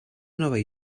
nova